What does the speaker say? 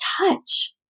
touch